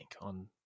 on